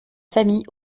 famille